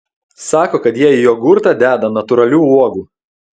sako kad jie į jogurtą deda natūralių uogų